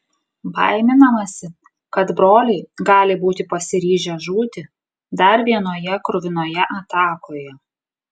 baiminamasi kad broliai gali būti pasiryžę žūti dar vienoje kruvinoje atakoje